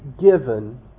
given